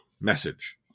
message